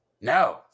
no